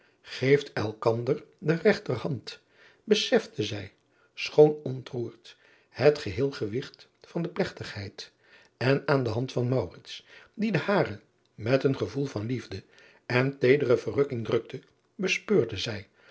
eeft elkander de regterhand besefte zij schoon ontroerd het geheel gewigt van de plegtigheid en aan de hand van die de hare met een gevoel van liefde en teedere verrukking drukte bespeurde zij